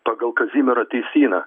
pagal kazimiero teisyną